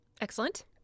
excellent